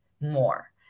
more